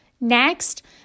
Next